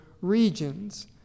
regions